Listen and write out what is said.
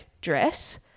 dress